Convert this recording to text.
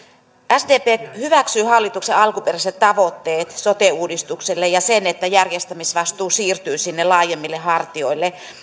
sdp hyväksyy hallituksen alkuperäiset tavoitteet sote uudistukselle ja sen että järjestämisvastuu siirtyy sinne laajemmille hartioille